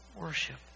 worship